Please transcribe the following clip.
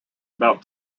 about